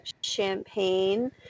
champagne